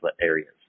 areas